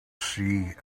see